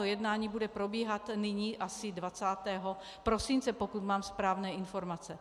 Jednání bude probíhat nyní asi 20. prosince, pokud mám správné informace.